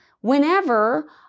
whenever